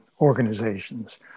organizations